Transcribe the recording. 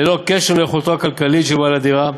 ללא קשר ליכולתו הכלכלית של בעל הדירה,